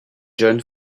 john